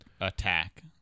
attack